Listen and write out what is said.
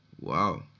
Wow